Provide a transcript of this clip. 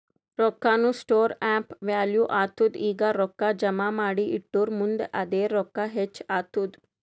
ರೊಕ್ಕಾನು store of value ಆತ್ತುದ್ ಈಗ ರೊಕ್ಕಾ ಜಮಾ ಮಾಡಿ ಇಟ್ಟುರ್ ಮುಂದ್ ಅದೇ ರೊಕ್ಕಾ ಹೆಚ್ಚ್ ಆತ್ತುದ್